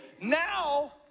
Now